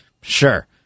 sure